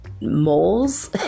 moles